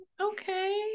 Okay